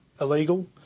illegal